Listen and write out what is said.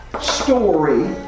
story